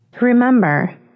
Remember